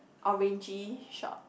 orangey short